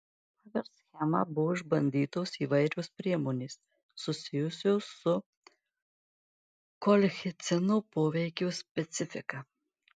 pagal schemą buvo išbandytos įvairios priemonės susijusios su kolchicino poveikio specifika